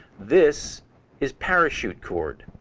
this is parachute cord.